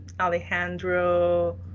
Alejandro